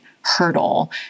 hurdle